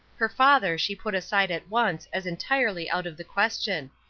her father she put aside at once as entirely out of the question.